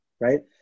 right